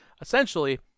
essentially